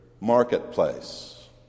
marketplace